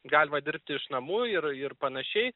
galima dirbti iš namų ir ir panašiai